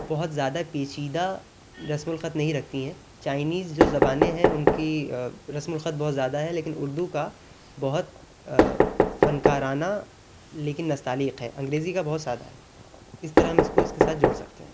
بہت زیادہ پیچیدہ رسم الخط نہیں رکھتی ہیں چائنیز جو زبانیں ہیں ان کی رسم الخط بہت زیادہ ہے لیکن اردو کا بہت فنکارانہ لیکن نستعلیق ہے انگریزی کا بہت سادہ ہے اس طرح ہم اس کو اس کے ساتھ جوڑ سکتے ہیں